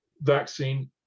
vaccine